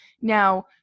now